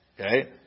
Okay